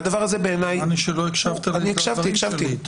נראה לי שלא הקשבת לדברים שלי.